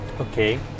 okay